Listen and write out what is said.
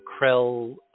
Krell